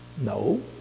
no